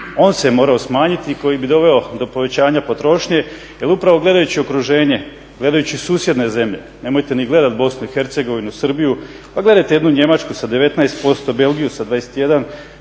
on se morao smanjiti koji bi doveo do povećanja potrošnje. Jer upravo gledajući okruženje, gledajući susjedne zemlje, nemojte ni gledati BiH, Srbiju, gledajte jednu Njemačku sa 19%, Belgiju sa 21%,